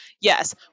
yes